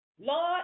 Lord